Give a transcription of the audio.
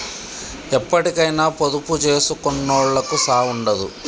ఎప్పటికైనా పొదుపు జేసుకునోళ్లకు సావుండదు